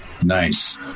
Nice